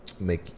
make